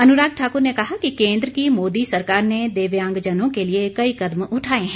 अनुराग ठाकर ने कहा कि केन्द्र की मोदी सरकार ने दिव्यांगजनों के लिए कई कदम उठाए हैं